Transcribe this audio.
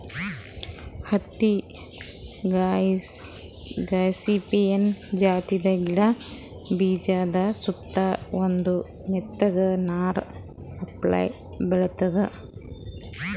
ಹತ್ತಿ ಗಾಸಿಪಿಯನ್ ಜಾತಿದ್ ಗಿಡದ ಬೀಜಾದ ಸುತ್ತಾ ಒಂದ್ ಮೆತ್ತಗ್ ನಾರ್ ಅಪ್ಲೆ ಬೆಳಿತದ್